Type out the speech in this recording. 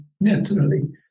naturally